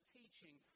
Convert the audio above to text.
teaching